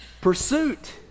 pursuit